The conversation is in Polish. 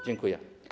Dziękuję.